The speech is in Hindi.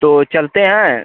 तो चलते हैं